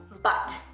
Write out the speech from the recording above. but,